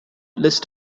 list